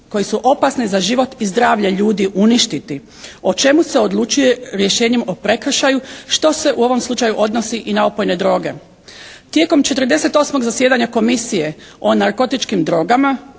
koji su opasni za život i zdravlje ljudi uništiti, o čemu se odlučuje rješenjem o prekršaju što se u ovom slučaju odnosi i na opojne droge. Tijekom 48. zasjedanja Komisije o narkotičkim drogama